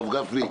הרב גפני,